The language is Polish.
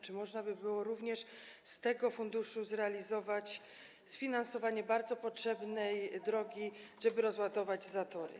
Czy można by było również z tego funduszu zrealizować finansowanie tej bardzo potrzebnej drogi, żeby rozładować zatory?